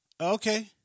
Okay